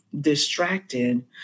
distracted